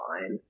fine